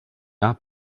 not